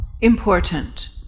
important